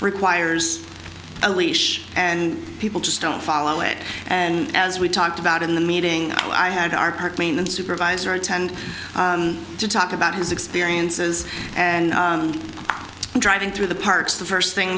requires a leash and people just don't follow it and as we talked about in the meeting i had our main the supervisor attend to talk about his experiences and driving through the parks the first thing